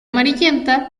amarillenta